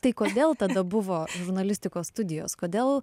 tai kodėl tada buvo žurnalistikos studijos kodėl